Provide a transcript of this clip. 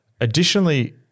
additionally